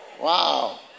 Wow